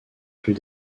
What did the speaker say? plus